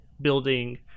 building